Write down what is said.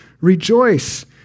rejoice